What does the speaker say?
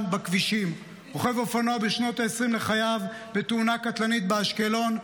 בכבישים: רוכב אופנוע בשנות העשרים לחייו בתאונה קטלנית באשקלון,